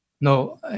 no